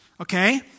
okay